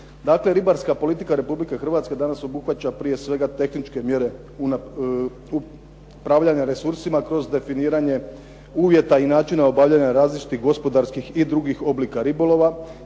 ribarska politika Republike Hrvatske danas obuhvaća prije svega tehničke mjere upravljanja resursima kroz definiranje uvjeta i načina obavljanja različitih gospodarskih i drugih oblika ribolova,